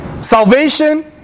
Salvation